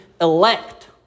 elect